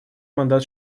мандат